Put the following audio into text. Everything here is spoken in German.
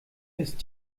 ist